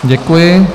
Děkuji.